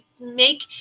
make